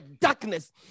darkness